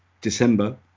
December